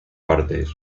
partes